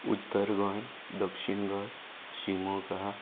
उत्तर गोंय दक्षीण गोंय शिमोगा